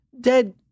Dad